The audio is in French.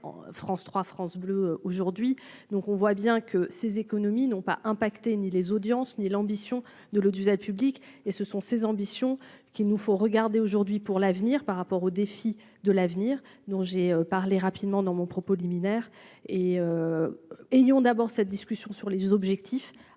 France 3 France Bleu, aujourd'hui, donc on voit bien que ces économies non pas impacté ni les audiences ni l'ambition de l'eau Dusep public et ce sont ses ambitions qu'il nous faut regarder aujourd'hui pour l'avenir par rapport aux défis de l'avenir dont j'ai parlé rapidement dans mon propos liminaire et et Lyon d'abord cette discussion sur les objectifs